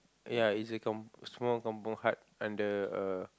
ya it's a kam~ small kampung hut under a